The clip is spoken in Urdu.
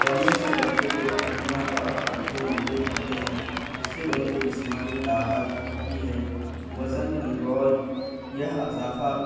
دوڑنے سے بچوں کو ہڈیاں اور پٹھے مضبوط ہوتے ہیں جس سے ان کے جسمانی طاقت بڑھتی ہے وزن کنٹرول اضافہ